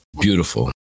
Beautiful